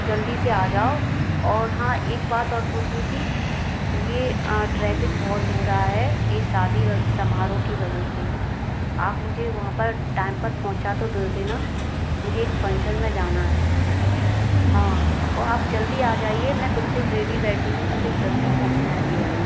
जल्दी से आ जाओ और हाँ एक बात और पूछनी थी ये ट्रैफिक बहुत हो रहा है यह शादी व समारोह की वजह से आप मुझे वहाँ पर टाइम पर पहुँचा तो दोगे न मुझे एक फंशन में जाना है हाँ और आप जल्दी आ जाइए मैं बिल्कुल रेडी बैठी हूँ मुझे जल्दी पहुँचना है भैया